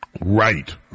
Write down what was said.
Right